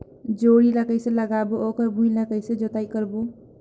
जोणी ला कइसे लगाबो ओकर भुईं ला कइसे जोताई करबो?